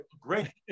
great